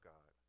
God